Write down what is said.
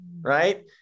right